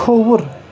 کھووُر